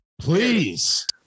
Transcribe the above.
Please